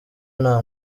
nta